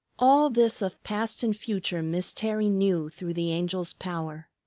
all this of past and future miss terry knew through the angel's power.